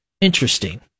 interesting